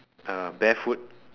uh barefoot